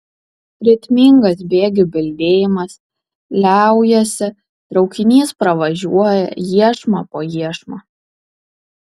ritmingas bėgių bildėjimas liaujasi traukinys pravažiuoja iešmą po iešmo